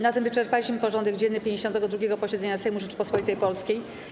Na tym wyczerpaliśmy porządek dzienny 52. posiedzenia Sejmu Rzeczypospolitej Polskiej.